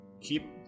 Keep